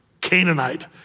Canaanite